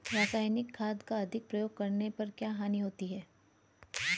रासायनिक खाद का अधिक प्रयोग करने पर क्या हानि होती है?